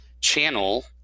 channel